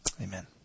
amen